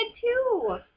two